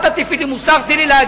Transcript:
אל תטיפי לי מוסר, תני לי להגיד.